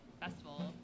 festival